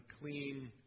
clean